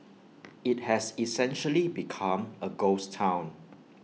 IT has essentially become A ghost Town